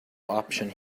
option